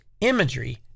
imagery